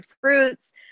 fruits